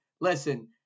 Listen